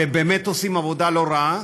ובאמת הם עושים עבודה לא רעה,